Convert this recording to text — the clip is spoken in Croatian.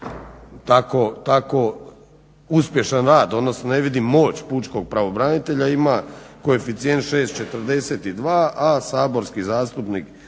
tako uspješan rad, odnosno ne vidim moć pučkog pravobranitelja, ima koeficijent 6.42, a saborski zastupnik